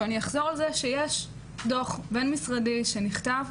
ואני אחזור על זה שיש דו"ח בין משרדי שנכתב.